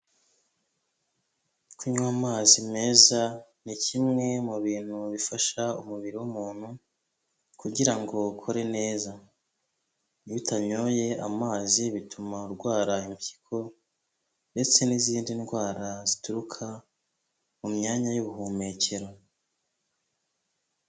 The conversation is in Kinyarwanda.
Kunywa amazi meza ni kimwe mu bintu bifasha umubiri w'umuntu kugira ukore neza, iyo utanyoye amazi bituma urwara impyiko ndetse n'izindi ndwara zituruka mu myanya y'ubuhumekero.